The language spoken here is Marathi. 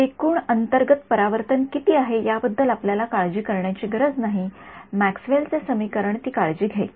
एकूण अंतर्गत परावर्तन किती आहे याबद्दल आपल्याला काळजी करण्याची गरज नाही मॅक्सवेल चे समीकरण ती काळजी घेईल